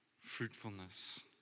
fruitfulness